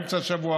אמצע שבוע,